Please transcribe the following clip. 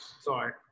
sorry